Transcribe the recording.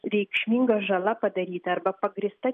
reikšminga žala padaryta arba pagrįsta